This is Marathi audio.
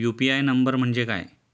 यु.पी.आय नंबर म्हणजे काय?